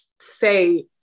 say